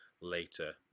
later